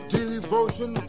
devotion